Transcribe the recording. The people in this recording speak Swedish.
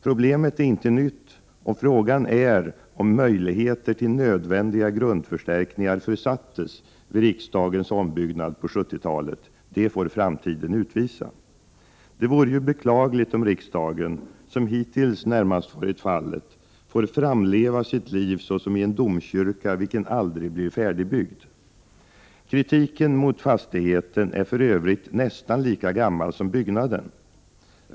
Problemet är inte nytt och frågan är, om möjligheter till nödvändiga grundförstärkningar försattes vid riksdagens ombyggnad på 70-talet. Det får framtiden utvisa. Det vore ju beklagligt om riksdagen, som hittills närmast varit fallet, får framleva sitt liv såsom i en domkyrka vilken aldrig blir färdigbyggd. Kritiken mot fastigheten är för övrigt nästan lika gammal som byggnaden.